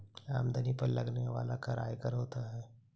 आमदनी पर लगने वाला कर आयकर होता है